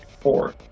Four